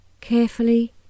Carefully